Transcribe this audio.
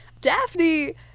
Daphne